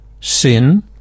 sin